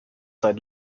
seit